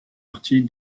partie